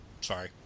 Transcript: Sorry